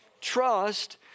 Trust